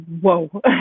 Whoa